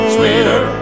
sweeter